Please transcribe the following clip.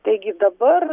taigi dabar